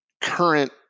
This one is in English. current